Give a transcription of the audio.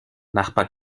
nachbar